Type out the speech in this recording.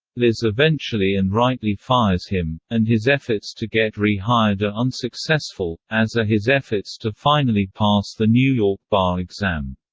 liz eventually and rightly fires him, and his efforts to get re-hired are unsuccessful, as are his efforts to finally pass the new york bar exam.